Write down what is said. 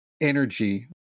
energy